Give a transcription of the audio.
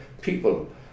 people